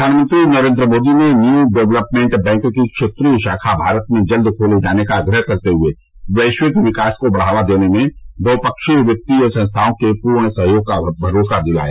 प्रधानमंत्री नरेन्द्र मोदी ने New Development Bank की क्षेत्रीय शाखा भारत में जल्द खोले जाने का आग्रह करते हए वैश्विक विकास को बढ़ावा देने में बहपक्षीय वित्तीय संस्थाओं के पूर्ण सहयोग का भरोसा दिलाया